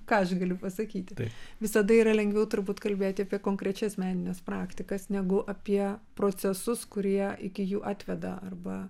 ką aš galiu pasakyti visada yra lengviau turbūt kalbėti apie konkrečias menines praktikas negu apie procesus kurie iki jų atveda arba